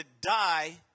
die